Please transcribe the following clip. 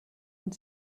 und